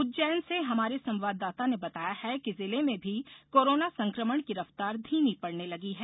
उज्जैन से हजारे संवाददाता ने बताया है कि जिले में भी कोरोना संकमण की रफ्तार धीमी पड़ने लगी है